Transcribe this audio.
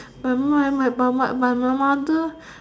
but my my but my but my mother